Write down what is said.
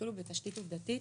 שיתחילו בתשתית עובדתית.